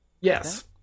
Yes